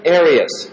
areas